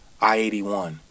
I-81